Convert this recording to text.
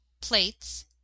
plates